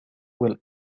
will